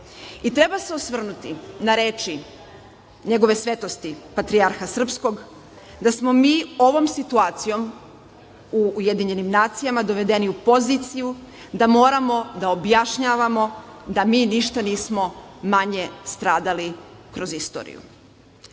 treba se osvrnuti na reči njegove svetosti Patrijarha srpskog, da smo mi ovom situacijom u UN dovedeni u poziciju da moramo da objašnjavamo da mi nismo ništa manje stradali kroz istoriju. Ta